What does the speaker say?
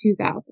2000